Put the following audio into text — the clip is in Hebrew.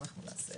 אנחנו מדברים